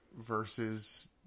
versus